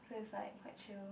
but it's like at you